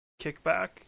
kickback